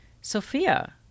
Sophia